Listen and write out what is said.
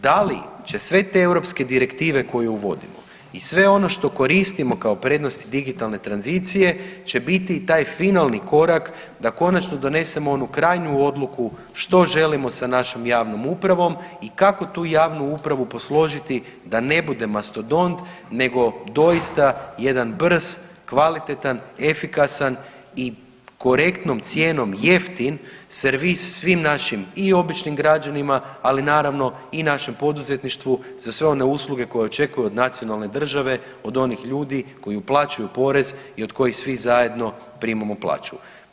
Da li će sve te europske direktive koje uvodimo i sve ono što koristimo kao prednosti digitalne tranzicije će biti i taj finalni korak da konačno donesemo onu krajnju odluku što želimo sa našom javnom upravom i kako tu javnu upravu posložiti da ne bude mastodont nego doista jedan brz, kvalitetan, efikasan i korektnom cijenom jeftin servis svim našim i običnim građanima, ali naravno i našem poduzetništvu za sve one usluge koje očekuje od nacionalne države od onih ljudi koji uplaćuju porez i od kojih svi zajedno primamo plaću.